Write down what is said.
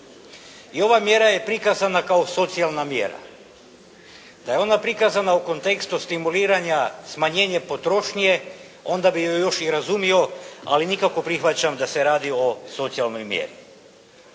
I ova mjera je prikazana kao socijalna mjera. Da je ona prikazana u kontekstu stimuliranja smanjenje potrošnje onda bi ju još i razumio, ali nikako prihvaćam da se radi o socijalnoj mjeri.